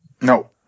No